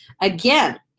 Again